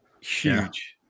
huge